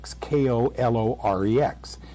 K-O-L-O-R-E-X